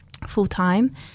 full-time